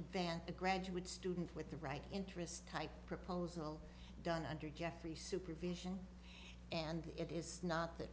advantage graduate student with the right interest type proposal done under geoffrey supervision and it is not that